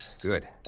Good